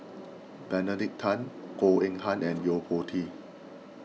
Benedict Tan Goh Eng Han and Yo Po Tee